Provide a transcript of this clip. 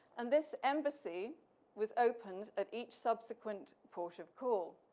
and this embassy was opened at each subsequent port of call.